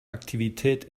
aktivität